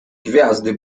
gwiazdy